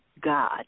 God